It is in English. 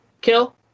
kill